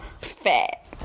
fat